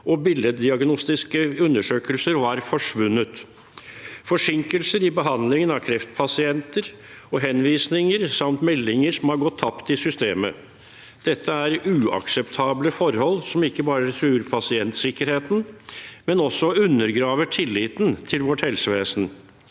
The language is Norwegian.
og billeddiagnostiske undersøkelser var forsvunnet, om forsinkelser i behandlingen av kreftpasienter og henvisninger samt om meldinger som har gått tapt i systemet. Dette er uakseptable forhold som ikke bare truer pasientsikkerheten, men som også undergraver tilliten til vårt helsevesen.